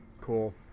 Cool